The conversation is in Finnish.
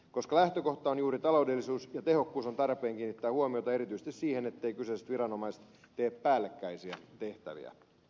koska lähtökohta on juuri taloudellisuus ja tehokkuus on tarpeen kiinnittää huomiota erityisesti siihen etteivät kyseiset viranomaiset tee päällekkäisiä tehtäviä